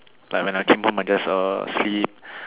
like when I came home I just eh sleep